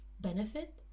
benefit